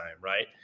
Right